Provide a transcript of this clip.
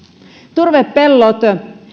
turvepellot